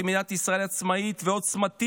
כי מדינת ישראל עצמאית ועוצמתית,